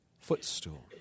footstool